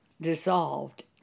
Dissolved